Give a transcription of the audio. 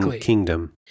kingdom